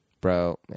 Bro